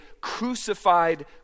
crucified